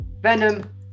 Venom